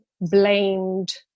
blamed